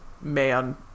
man